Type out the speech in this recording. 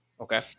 okay